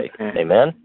Amen